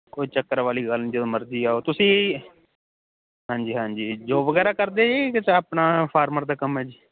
ਕੋਈ ਚੱਕਰ ਵਾਲੀ ਗੱਲ ਨਹੀਂ ਜਦੋਂ ਮਰਜ਼ੀ ਆਓ ਤੁਸੀਂ ਹਾਂਜੀ ਹਾਂਜੀ ਜੋਬ ਵਗੈਰਾ ਕਰਦੇ ਜੀ ਕਿ ਆਪਣਾ ਫਾਰਮਰ ਦਾ ਕੰਮ ਹੈ ਜੀ